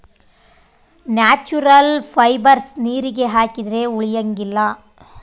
natural fibres ನೀರಿಗೆ ಹಾಕಿದ್ರೆ ಉಳಿಯಂಗಿಲ್ಲ